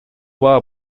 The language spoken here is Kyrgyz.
баа